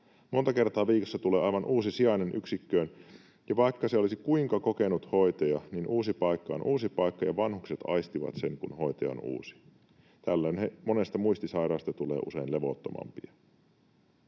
Monta kertaa viikossa tulee aivan uusi sijainen yksikköön, ja vaikka se olisi kuinka kokenut hoitaja, niin uusi paikka on uusi paikka ja vanhukset aistivat sen, kun hoitaja on uusi. Tällöinhän monesti muistisairaasta tulee usein levottomampi.